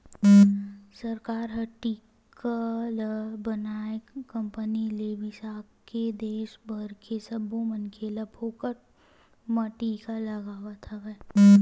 सरकार ह टीका ल बनइया कंपनी ले बिसाके के देस भर के सब्बो मनखे ल फोकट म टीका लगवावत हवय